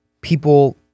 people